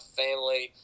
family